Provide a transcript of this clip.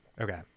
Okay